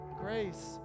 Grace